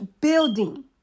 building